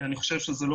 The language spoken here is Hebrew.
במלים כאלה או אחרות,